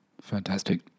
Fantastic